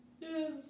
Yes